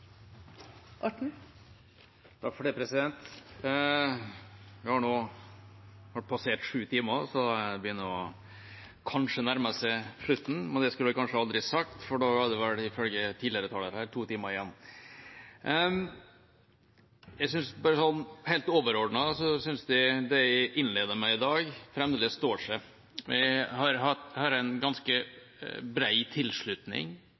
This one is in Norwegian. Vi har nå snart passert sju timer, så det begynner kanskje å nærme seg slutten – men det skulle jeg kanskje aldri sagt, for da er det ifølge tidligere taler her to timer igjen. Bare sånn helt overordnet synes jeg det jeg innledet med i dag, fremdeles står seg. Vi har en ganske brei tilslutning